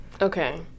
Okay